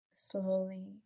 Slowly